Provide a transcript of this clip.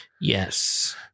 Yes